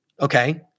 okay